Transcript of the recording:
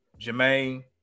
Jermaine